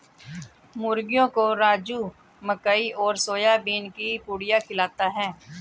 मुर्गियों को राजू मकई और सोयाबीन की पुड़िया खिलाता है